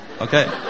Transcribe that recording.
okay